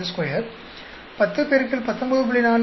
9252 10 X 19